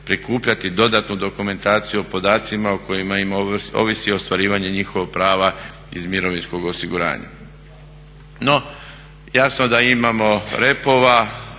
prikupljati dodatnu dokumentaciju o podacima o kojima im ovisi ostvarivanje njihovog prava iz mirovinskog osiguranja. No, jasno da imamo repova,